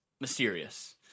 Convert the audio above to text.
mysterious